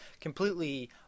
completely